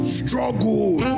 struggle